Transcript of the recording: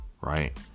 Right